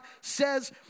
says